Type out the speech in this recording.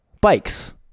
bikes